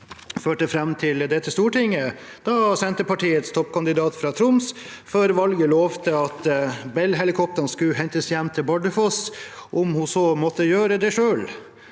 førte fram til dette stortinget, da Senterpartiets toppkandidat fra Troms før valget lovte at Bell-helikoptrene skulle hentes hjem til Bardufoss, om hun så måtte gjøre det selv.